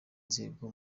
nzego